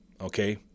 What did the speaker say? Okay